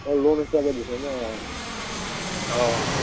অঁ লোণ হিচাপে দিছে নে অঁ অঁ